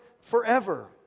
forever